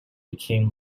became